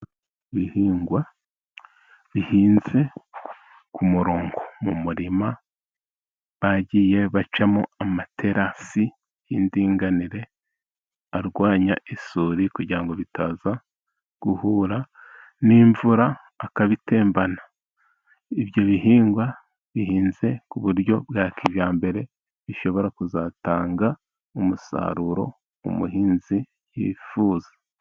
Ibihingwa bihinze ku murongo mu murima, bagiye bacamo amaterasi y'indinganire arwanya isuri kugira ngo bitazahura n'imvura ikabitembana, ibyo bihingwa bihinze ku buryo bwa kijyambere bishobora kuzatanga umusaruro umuhinzi yifuza.